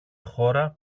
χώρα